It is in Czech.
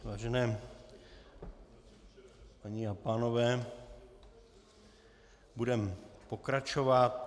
Vážené paní a pánové, budeme pokračovat.